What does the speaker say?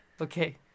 okay